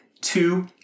Two